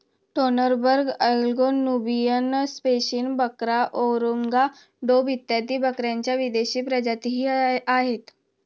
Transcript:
Toggenburg, Anglo Nubian, Spanish बकरा, Angora डोंग इत्यादी बकऱ्यांच्या विदेशी प्रजातीही आहेत